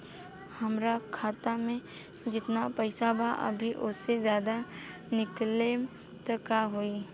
हमरा खाता मे जेतना पईसा बा अभीओसे ज्यादा निकालेम त का होई?